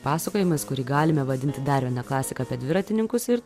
pasakojimas kurį galime vadinti dar viena klasika apie dviratininkus ir